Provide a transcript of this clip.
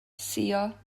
suo